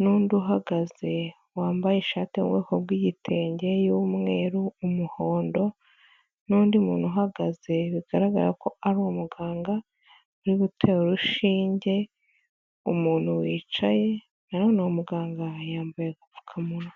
n'undi uhagaze wambaye ishati mu bwoko bw'igitenge cy'umweru, umuhondo, n'undi muntu uhagaze bigaragara ko ari umuganga uri gutera urushinge, umuntu wicaye nawe ni umuganga yambaye gupfukamunwa.